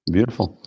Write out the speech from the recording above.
Beautiful